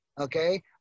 okay